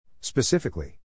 Specifically